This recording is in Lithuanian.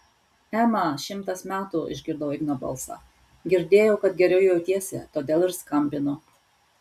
ema šimtas metų išgirdau igno balsą girdėjau kad geriau jautiesi todėl ir skambinu